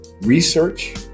research